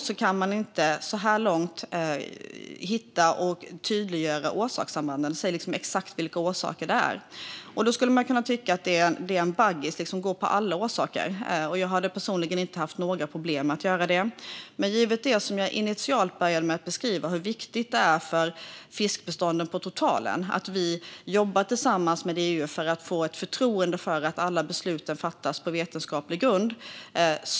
Så här långt kan man dock inte tydliggöra orsakssambanden och säga exakt vilka orsakerna är. Man kan ju tycka att det vore en baggis att gå på alla orsaker, och jag hade personligen inte haft några problem att göra det. Men som jag sa initialt är det viktigt för fiskbestånden på totalen att vi jobbar tillsammans med EU och att alla beslut där fattas på vetenskaplig grund.